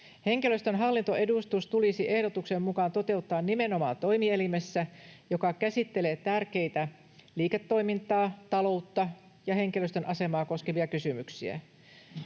Henkilöstön hallintoedustus tulisi ehdotuksen mukaan toteuttaa nimenomaan toimielimessä, joka käsittelee tärkeitä liiketoimintaa, taloutta ja henkilöstön asemaa koskevia kysymyksiä.